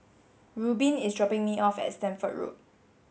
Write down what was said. Rubin is dropping me off at Stamford Road